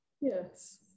Yes